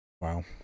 wow